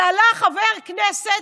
אבל עלה חבר כנסת